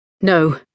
No